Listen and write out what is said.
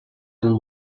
amb